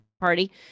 party